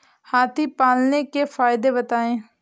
हाथी पालने के फायदे बताए?